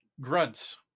grunts